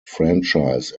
franchise